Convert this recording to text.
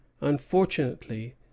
Unfortunately